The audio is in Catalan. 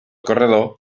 corredor